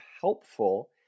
helpful